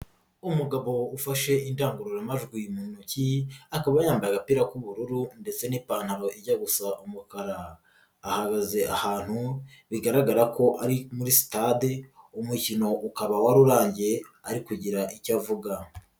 Umugabo ufashe indangururamajwi mu ntoki, akaba yambaye agapira k'ubururu ndetse n'ipantaro ijya gusa umukara. Ahagaze ahantu, bigaragara ko ari muri sitade, umukino ukaba wari urangiye, ari kugira icyo avuga.